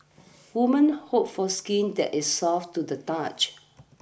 women hope for skin that is soft to the touch